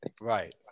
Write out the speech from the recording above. right